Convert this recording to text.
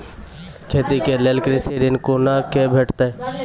खेती के लेल कृषि ऋण कुना के भेंटते?